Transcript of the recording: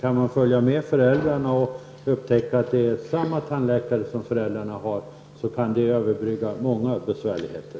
Kan de följa med föräldrarna och upptäcka att det är samma tandläkare som föräldrarna har, kan det överbrygga många besvärligheter.